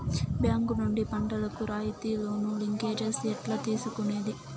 Bank నుండి పంటలు కు రాయితీ లోను, లింకేజస్ ఎట్లా తీసుకొనేది?